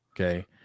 okay